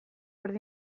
erdi